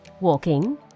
walking